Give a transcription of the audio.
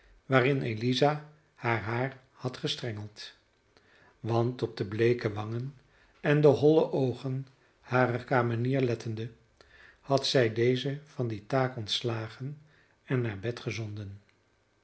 waarin eliza haar het haar had gestrengeld want op de bleeke wangen en holle oogen harer kamenier lettende had zij deze van die taak ontslagen en naar bed gezonden